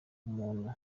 umuntu